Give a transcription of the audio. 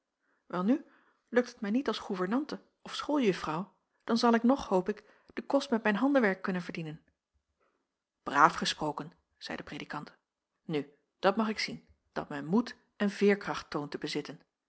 welnu lukt het mij niet als goevernante of schooljuffrouw dan zal ik nog hoop ik de kost met mijn handewerk kunnen verdienen jacob van ennep laasje evenster raaf gesproken zeî de predikant nu dat mag ik zien dat men moed en veerkracht toont te bezitten